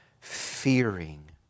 fearing